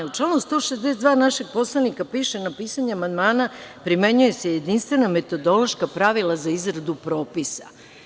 U članu 162. našeg Poslovnika piše – na pisanje amandmana primenjuju se jedinstvena metodološka pravila za izradu propisa.